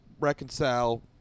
reconcile